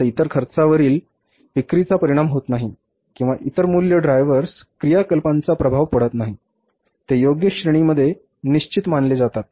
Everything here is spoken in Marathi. आता इतर खर्चांवरती विक्रीचा परिणाम होत नाही किंवा इतर मूल्य ड्रायव्हर्स क्रियाकलापांचा प्रभाव पडत नाही आणि ते योग्य श्रेणींमध्ये निश्चित मानले जातात